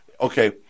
okay